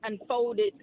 unfolded